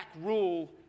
rule